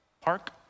park